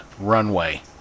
runway